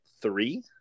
three